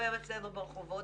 מסתובב אצלנו ברחובות.